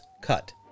Cut